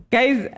Guys